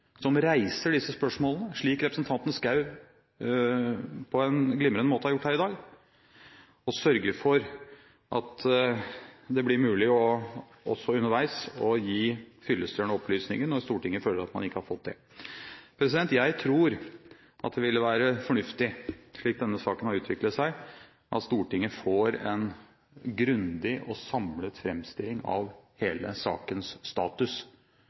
som reiser disse spørsmålene, slik representanten Schou på en glimrende måte har gjort her i dag, og sørge for at det blir mulig – også underveis – å gi fyllestgjørende opplysninger når Stortinget føler at man ikke har fått det. Jeg tror at det ville være fornuftig, slik denne saken har utviklet seg, at Stortinget får en grundig og samlet framstilling av hele sakens status